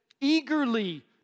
eagerly